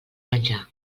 menjar